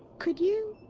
could you,